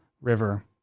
River